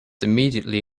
immediately